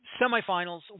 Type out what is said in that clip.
semifinals